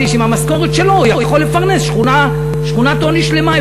שעם המשכורת שלו הוא יכול לפרנס שכונת עוני שלמה,